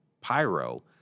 Pyro